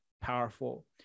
powerful